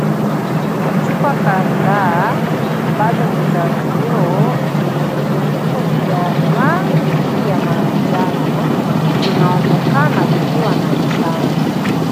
Chupa kadhaa ambazo ni za vioo zenye vifuniko vya rangi vya manjano vinaonekana vikiwa na chanjo.